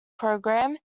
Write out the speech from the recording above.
program